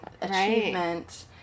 achievement